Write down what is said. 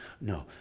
No